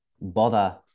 bother